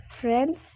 friends